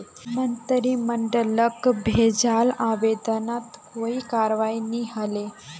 मंत्रिमंडलक भेजाल आवेदनत कोई करवाई नी हले